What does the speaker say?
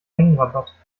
mengenrabatt